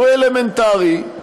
שהוא אלמנטרי,